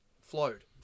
flowed